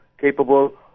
capable